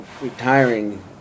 retiring